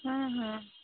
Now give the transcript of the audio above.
हँ हँ